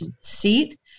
seat